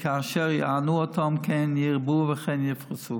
וכאשר יענו אותם כן ירבו וכן יפרוצו.